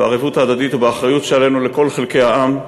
בערבות ההדדית ובאחריות שלנו לכל חלקי העם.